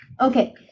okay